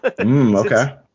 okay